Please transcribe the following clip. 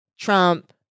Trump